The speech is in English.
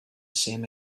same